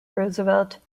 roosevelt